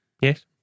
Yes